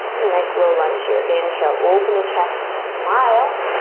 nice low lunge here, inhale open the chest, smile.